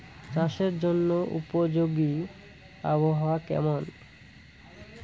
চাষের জন্য উপযোগী আবহাওয়া কেমন?